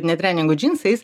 ne treningu džinsais